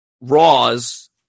Raws